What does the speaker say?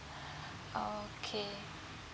orh okay